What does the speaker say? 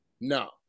No